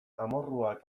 amorruak